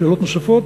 שאלות נוספות?